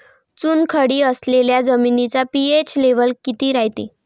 चुनखडी असलेल्या जमिनीचा पी.एच लेव्हल किती रायते?